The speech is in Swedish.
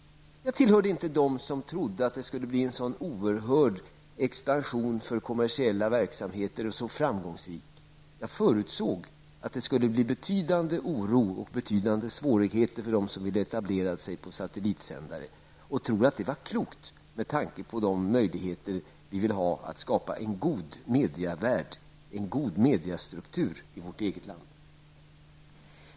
Jag tillhörde inte dem som trodde att det skulle bli en så oerhörd expansion för kommersiella verksamheter och att den skulle vara framgångsrik. Jag förutsåg att det skulle bli betydande oro och svårigheter för dem som ville etablera sig med satellitsändare och trodde att det var klokt med tanke på de möjligheter vi vill ha att skapa en god mediavärld och mediastruktur i vårt eget land.